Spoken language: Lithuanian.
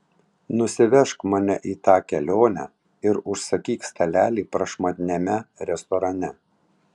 nusivežk mane į tą kelionę ir užsakyk stalelį prašmatniame restorane